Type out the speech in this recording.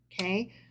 Okay